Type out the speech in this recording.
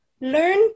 Learn